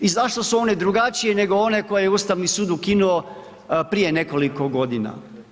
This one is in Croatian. I zašto su one drugačije nego one koje je Ustavni sud ukinuo prije nekoliko godina?